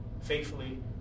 faithfully